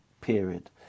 period